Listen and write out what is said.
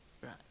Right